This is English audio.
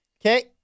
Okay